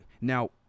Now